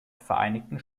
vereinigten